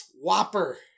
Whopper